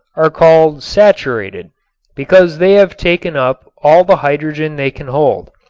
are called saturated because they have taken up all the hydrogen they can hold.